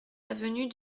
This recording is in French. avenue